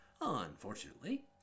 Unfortunately